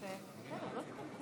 מתחייבת